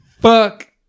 fuck